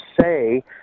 say